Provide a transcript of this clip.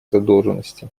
задолженности